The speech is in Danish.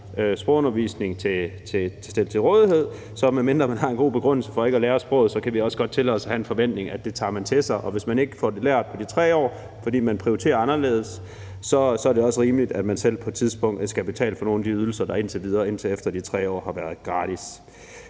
så kan vi også godt tillade os, medmindre man har en god begrundelse for ikke at lære sproget, at have en forventning om, at det tager man til sig. Og hvis man ikke får det lært på de 3 år, fordi man prioriterer anderledes, så er det også rimeligt, at man selv på et tidspunkt skal betale for nogle af de ydelser, der indtil efter de 3 år har været gratis.